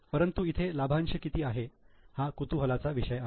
परंतु इथे लाभांश किती आहे हा कुतूहलाचा विषय आहे